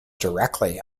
directly